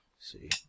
See